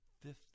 fifth